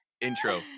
intro